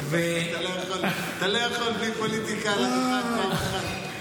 אתה לא יכול בלי פוליטיקה לפחות פעם אחת?